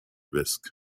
risk